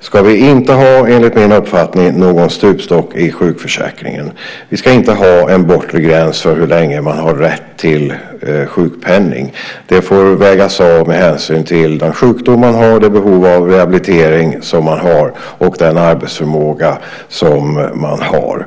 ska vi enligt min uppfattning inte ha någon stupstock i sjukförsäkringen. Vi ska inte ha en bortre gräns för hur länge man har rätt till sjukpenning. Det får vägas av med hänsyn till den sjukdom man har, det behov av rehabilitering som man har och den arbetsförmåga som man har.